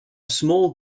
small